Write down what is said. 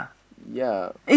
ya